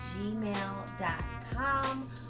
gmail.com